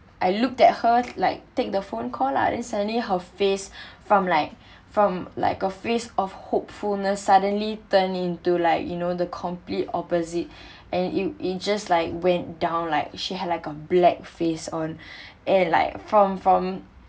I looked at her like take the phone call lah then suddenly her face from like from like a face of hopefulness suddenly turned into like you know the complete opposite and you it just like went down like she had like a black face on and like from from